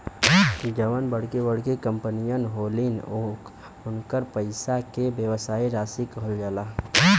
जउन बड़की बड़की कंपमीअन होलिन, उन्कर पइसा के व्यवसायी साशी कहल जाला